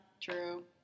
True